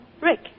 Rick